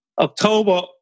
October